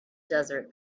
desert